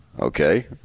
Okay